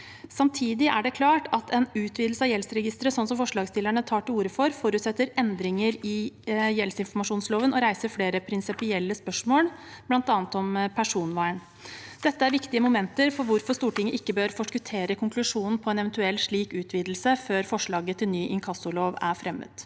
Samtidig er det klart at en utvidelse av gjeldsregisteret, slik forslagsstillerne tar til orde for, forutsetter endringer i gjeldsinformasjonsloven og reiser flere prinsipielle spørsmål, bl.a. om personvern. Dette er viktige momenter for hvorfor Stortinget ikke bør forskuttere konklusjonen på en eventuell slik utvidelse før forslaget til ny inkassolov er fremmet.